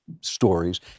Stories